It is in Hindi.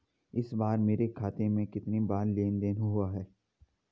इस महीने मेरे खाते में कितनी बार लेन लेन देन हुआ है?